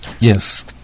Yes